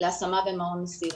להשמה במעון 'מסילה'.